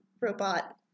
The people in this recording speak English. robot